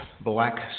Black